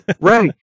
right